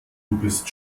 bist